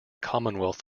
commonwealth